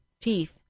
teeth